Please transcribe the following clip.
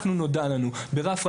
נודע לנו ברף הראיות,